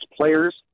Players